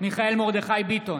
מיכאל מרדכי ביטון,